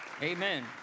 amen